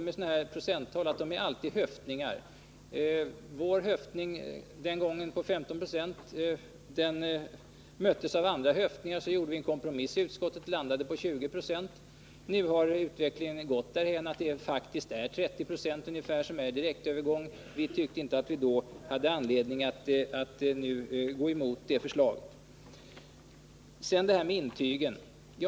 Sådana här procenttal är alltid höftningar. Vår höftning den gången — 15 Zo — möttes av andra höftningar. Vi gjorde en kompromiss i utskottet och landade på 20 26. Nu har utvecklingen gått därhän att siffran för direktövergång faktiskt är ungefär 30 96. Vi tyckte inte att vi då hade anledning att gå emot detta förslag.